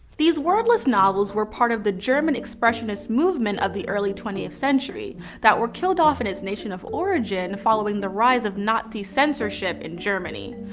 these wordless novels were part of the german expressionist movement of the early twentieth century that were killed off in its nation of origin following the rise of nazi censorship in germany.